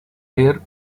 their